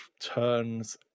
turns